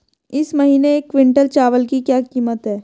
इस महीने एक क्विंटल चावल की क्या कीमत है?